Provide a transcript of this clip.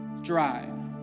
dry